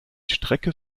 strecke